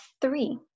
three